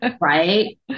Right